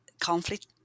conflict